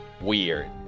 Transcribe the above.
weird